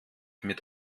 mit